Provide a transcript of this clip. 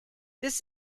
this